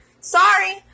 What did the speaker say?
Sorry